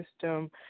system